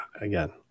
Again